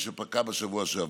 ושפקע בשבוע שעבר.